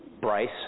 Bryce